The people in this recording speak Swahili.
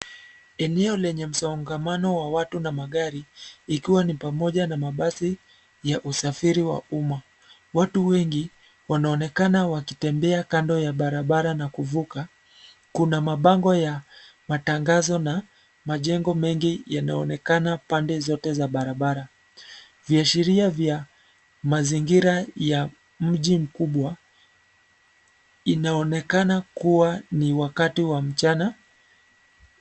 Eneo lenye msongamano wa watu na magari, ikiwa ni pamoja na mabasi ya usafiri wa umma. Watu wengi, wanaonekana wakitembea kando ya barabara na kuvuka. Kuna mabango ya matangazo, na majengo mengi yanaonekana pande zote za barabara. Viashiria vya mazingira ya mji mkubwa, inaonekana kuwa ni wakati wa mchana.